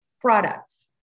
products